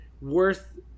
worth